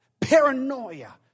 Paranoia